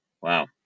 Wow